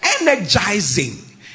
energizing